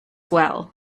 well